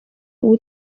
uba